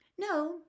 No